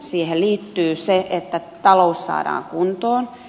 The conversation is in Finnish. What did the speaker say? siihen liittyy se että talous saadaan kuntoon